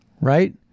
right